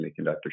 semiconductor